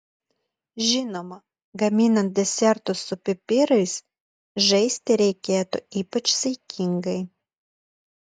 žinoma gaminant desertus su pipirais žaisti reikėtų ypač saikingai